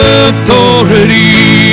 authority